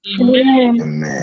Amen